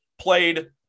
played